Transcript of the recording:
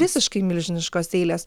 visiškai milžiniškos eilės